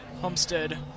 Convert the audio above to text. Homestead